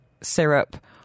syrup